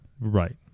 Right